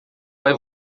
vai